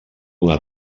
una